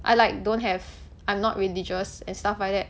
I like don't have I'm not religious and stuff like that